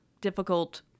difficult